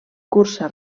cursa